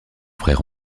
frère